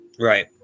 Right